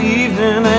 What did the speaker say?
evening